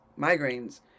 migraines